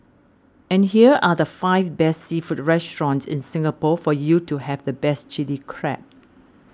and here are the five best seafood restaurants in Singapore for you to have the best Chilli Crab